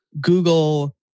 Google